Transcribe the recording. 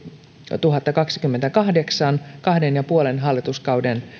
kaksituhattakaksikymmentäkahdeksan kahden ja puolen hallituskauden